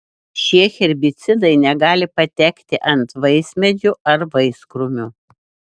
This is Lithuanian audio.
šie herbicidai negali patekti ant vaismedžių ar vaiskrūmių